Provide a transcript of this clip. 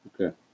Okay